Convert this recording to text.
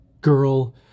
girl